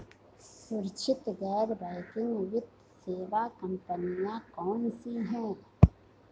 सुरक्षित गैर बैंकिंग वित्त सेवा कंपनियां कौनसी हैं?